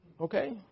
Okay